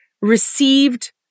received